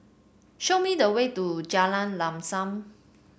show me the way to Jalan Lam Sam